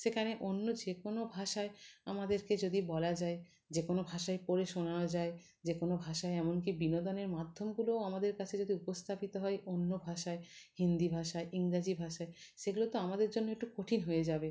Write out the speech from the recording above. সেখানে অন্য যে কোনো ভাষায় আমাদেরকে যদি বলা যায় যে কোনো ভাষায় পড়ে শোনানো যায় যে কোনো ভাষায় এমন কি বিনোদনের মাধ্যমগুলোও আমাদের কাছে যদি উপস্থাপিত হয় অন্য ভাষায় হিন্দি ভাষায় ইংরাজি ভাষায় সেগুলো তো আমাদের জন্য একটু কঠিন হয়ে যাবে